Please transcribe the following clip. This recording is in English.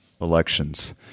elections